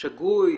שגוי?